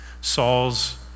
Saul's